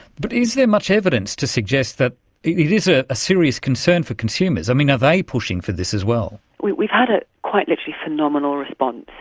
but is there much evidence to suggest that it is a a serious concern for consumers? i mean, are they pushing for this as well? we've we've had a quite literally phenomenal response.